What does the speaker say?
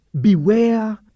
beware